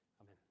Amen